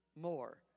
more